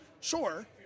sure